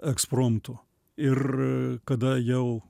ekspromtu ir kada jau